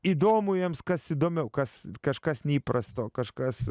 įdomu jiems kas įdomiau kas kažkas neįprasto kažkas